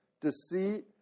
deceit